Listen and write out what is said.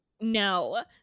No